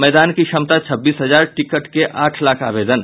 मैदान की क्षमता छब्बीस हजार टिकट के आठ लाख आवेदन